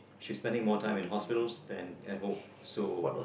she's spending more time in hospitals than at home so